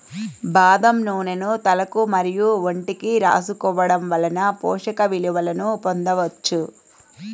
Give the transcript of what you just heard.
బాదం నూనెను తలకు మరియు ఒంటికి రాసుకోవడం వలన పోషక విలువలను పొందవచ్చు